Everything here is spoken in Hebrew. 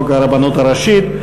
חוק הרבנות הראשית.